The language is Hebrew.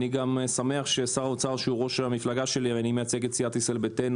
אני שמח ששר האוצר שהוא ראש המפלגה שלי אני מייצג סיעת ישראל ביתנו